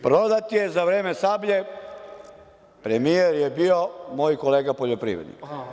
Prodat je za vreme „Sablje“, premijer je bio, moj kolega poljoprivrednik.